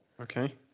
okay